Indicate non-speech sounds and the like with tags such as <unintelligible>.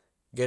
<unintelligible>